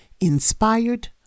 inspired